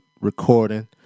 recording